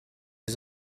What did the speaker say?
des